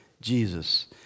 Jesus